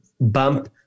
bump